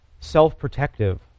self-protective